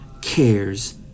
cares